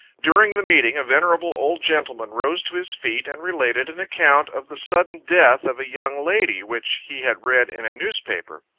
during the meeting, a venerable old gentleman rose to his feet, and related an account of the sudden death of a young lady, which he had read in a newspapers.